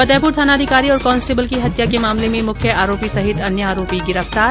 फतेहपुर थानाधिकारी और कांस्टेबल की हत्या के मामले में मुख्य आरोपी सहित अन्य आरोपी गिरफ्तार